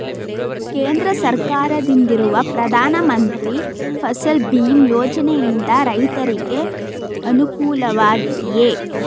ಕೇಂದ್ರ ಸರ್ಕಾರದಿಂದಿರುವ ಪ್ರಧಾನ ಮಂತ್ರಿ ಫಸಲ್ ಭೀಮ್ ಯೋಜನೆಯಿಂದ ರೈತರಿಗೆ ಅನುಕೂಲವಾಗಿದೆಯೇ?